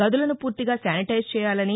గదులను పూర్తిగా శానిటైజ్ చేయాలని